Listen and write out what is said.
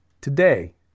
today